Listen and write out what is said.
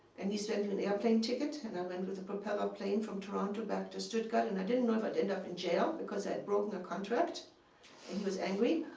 and he sent me an airplane ticket and i went with a propeller plane from toronto back to stuttgart. and i didn't know if i'd end up in jail, because i had broken a contract and he was angry.